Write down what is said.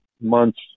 months